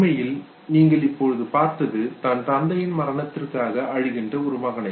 உண்மையில் நீங்கள் இப்பொழுது பார்த்தது தன் தந்தையின் மரணத்திற்காக அழுகின்ற ஒரு மகனை